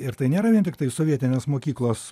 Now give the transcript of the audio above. ir tai nėra vien tiktai sovietinės mokyklos